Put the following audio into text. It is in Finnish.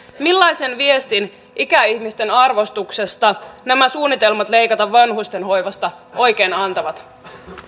millaisen viestin ikäihmisten arvostuksesta nämä suunnitelmat leikata vanhustenhoivasta oikein antavat